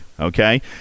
Okay